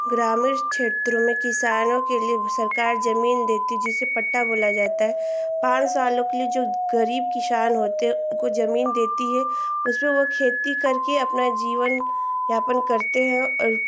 ग्रामीण क्षेत्रों में किसानों के लिए सरकार ज़मीन देती है जिसे पट्टा बोला जाता है पाँच सालों के लिए जो गरीब किसान होते हैं उनको ज़मीन देती है उसमें वह खेती करके अपना जीवन यापन करते हैं और